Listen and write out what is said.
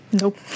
Nope